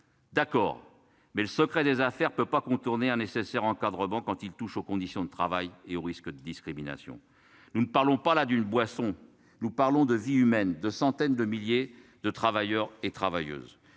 D'accord mais le secret des affaires peut pas contourner hein nécessaire encadrement quand il touche aux conditions de travail et au risque de discrimination. Nous ne parlons pas là d'une boisson. Nous parlons de vies humaines de centaines de milliers de travailleurs et travailleuses.